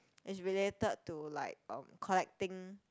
is related to like um collecting